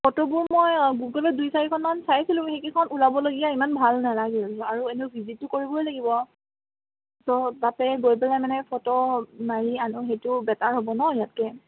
ফটোবোৰ মই গুগলত মই দুই চাৰিখন চাইছিলোঁ সেইকেইখন ওলাবলগীয়া ইমান ভাল নালাগিল আৰু এনেও ভিজিটো কৰিবই লাগিব ত' তাতে গৈ পেলাই মানে ফটো মাৰি আনোঁ সেইটো বেটাৰ হ'ব ন ইয়াতকৈ